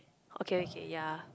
okay okay ya